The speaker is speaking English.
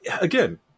Again